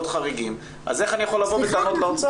חריגים אז איך אני יכול לבוא בטענות לאוצר?